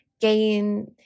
gain